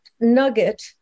nugget